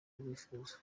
bifuza